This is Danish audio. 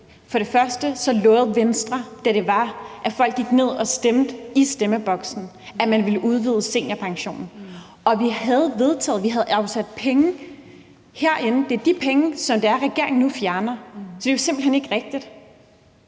jo ikke rigtigt. Venstre lovede, da folk gik ned og stemte i stemmeboksen, at man ville udvide seniorpensionen. Vi havde vedtaget det. Vi havde afsat penge til det herinde. Det er de penge, som regeringen nu fjerner. Så det er jo simpelt hen ikke rigtigt.